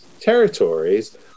territories